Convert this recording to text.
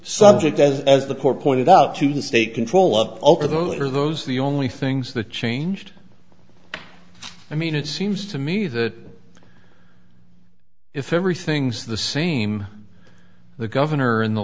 subject as the core pointed out to the state control of all of those are those the only things that changed i mean it seems to me that if everything's the same the governor and the